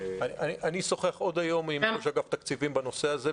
אני אשוחח עוד היום עם ראש אגף תקציבים בנושא הזה,